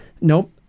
Nope